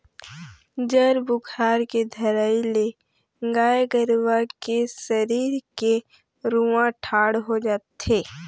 जर बुखार के धरई ले गाय गरुवा के सरीर के रूआँ ठाड़ हो जाथे